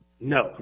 No